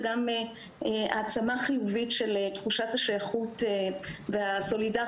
וגם העצמה חיובית של תחושת השייכות והסולידריות